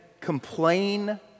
complain